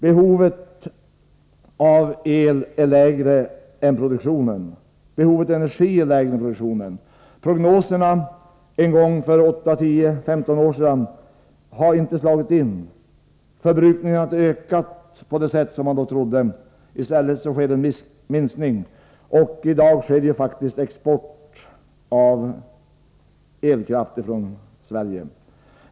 Behovet av elenergi är lägre än produktionen, prognoserna för 8, 10 eller 15 år sedan har inte slagit in, förbrukningen har inte ökat på det sätt som man trodde att den skulle göra. I stället har det skett en viss minskning. I dag exporterar Sverige faktiskt elkraft.